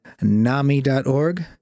nami.org